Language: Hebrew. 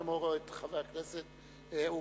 כמו גם את חבר הכנסת אורי